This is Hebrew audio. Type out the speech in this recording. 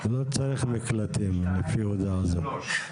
תודה, אדוני היושב ראש.